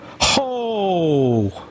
Ho